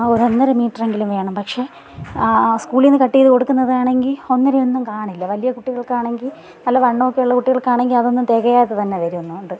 ഒരൊന്നര മീറ്ററെങ്കിലും വേണം പക്ഷെ ആ ആ സ്കൂളീന്ന് കട്ട് ചെയ്ത് കൊടുക്കുന്നതാണെങ്കിൽ ഒന്നരയൊന്നും കാണില്ല വലിയ കുട്ടികൾക്കാണെങ്കിൽ നല്ല വണ്ണമൊക്കെ ഉള്ള കുട്ടികൾക്കാണെങ്കിൽ അതൊന്നും തികയാതെ തന്നെ വരുന്നതുകൊണ്ട്